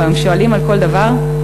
שבה הם שואלים על כל דבר "למה?"